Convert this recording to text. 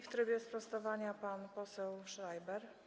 W trybie sprostowania pan poseł Schreiber.